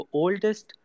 oldest